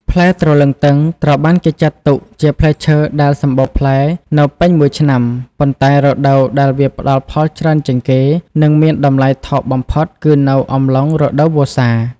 ផ្លែទ្រលឹងទឹងត្រូវបានគេចាត់ទុកជាផ្លែឈើដែលសម្បូរផ្លែនៅពេញមួយឆ្នាំ ប៉ុន្តែរដូវដែលវាផ្ដល់ផលច្រើនជាងគេ និងមានតម្លៃថោកបំផុតគឺនៅអំឡុង រដូវវស្សា។